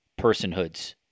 personhoods